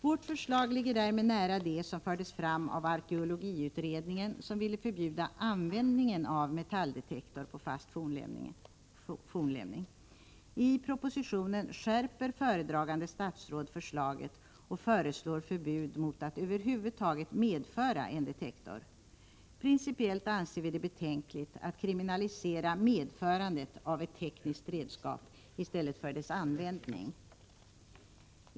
Vårt förslag ligger därmed nära det som fördes fram av arkeologiutredningen, som ville förbjuda användningen av metalldetektor på fast fornlämning. I propositionen skärper föredragande statsråd förslaget och föreslår förbud mot att över huvud taget medföra en detektor. Principiellt anser vi det betänkligt att kriminalisera medförandet av ett tekniskt redskap i stället för användningen av redskapet.